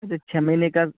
اچھا چھ مہینے کا